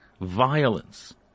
violence